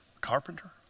carpenter